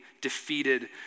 defeated